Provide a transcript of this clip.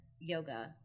yoga